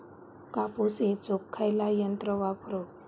कापूस येचुक खयला यंत्र वापरू?